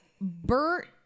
Bert